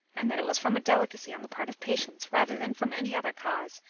and that it was from a delicacy on the part of patience, rather than from any other cause,